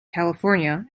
california